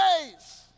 days